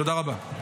תודה רבה.